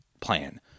plan